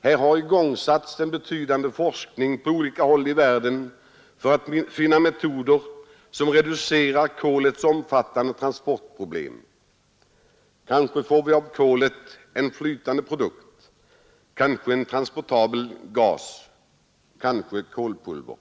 Här har igångsatts en betydande forskning på olika håll i världen för att finna metoder som reducerar kolets omfattande transportproblem. Kanske får vi av kolet en flytande produkt, kanske en transportabel gas, kanske ett kolpulver.